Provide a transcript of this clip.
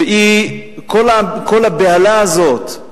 וכל הבהלה הזאת של,